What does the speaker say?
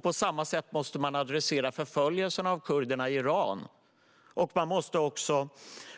På samma sätt måste man angripa förföljelserna av kurderna i Iran, och man måste också